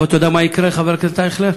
אבל אתה יודע מה יקרה, חבר הכנסת אייכלר?